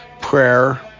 Prayer